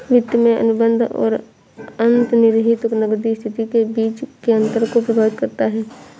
वित्त में अनुबंध और अंतर्निहित नकदी स्थिति के बीच के अंतर को प्रभावित करता है